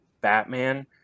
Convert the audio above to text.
batman